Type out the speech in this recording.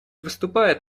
выступает